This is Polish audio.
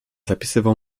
zapisywał